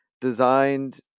designed